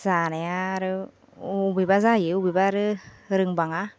जानाया आरो बबेबा जायो बबेबा आरो रोंबाङा